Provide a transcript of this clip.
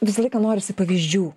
visą laiką norisi pavyzdžių